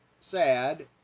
sad